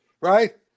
right